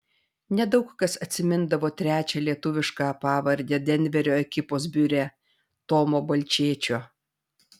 nedaug kas atsimindavo trečią lietuvišką pavardę denverio ekipos biure tomo balčėčio